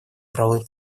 правовые